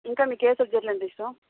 ఇంకా మీకు ఏ సబ్జెక్ట్లంటే ఇష్టం